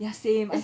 ya same I